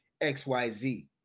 XYZ